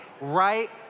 right